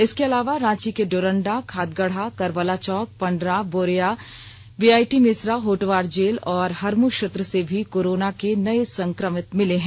इसके अलावा रांची के डोरंडा खादगढ़ा करबला चौक पंडरा बोरेया बीआईटी मेसरा होटवार जेल और हरमू क्षेत्र से भी कोरोना के नये संक्रमित मिले हैं